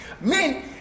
Men